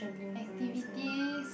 activities